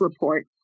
report